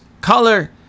color